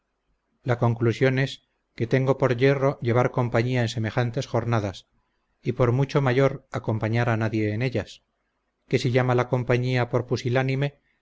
la conclusión es que tengo por yerro llevar compañía en semejantes jornadas y por mucho mayor acompañar a nadie en ellas que si llama la compañía por pusilánime